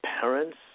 parents